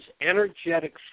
energetic